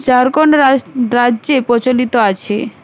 ঝাড়খন্ড রাজ্যে প্রচলিত আছে